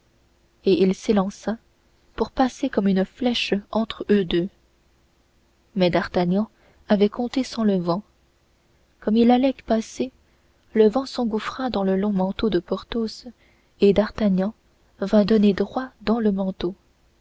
et il s'élança pour passer comme une flèche entre eux deux mais d'artagnan avait compté sans le vent comme il allait passer le vent s'engouffra dans le long manteau de porthos et d'artagnan vint donner droit dans le manteau